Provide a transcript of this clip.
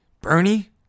Bernie